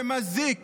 שמזיק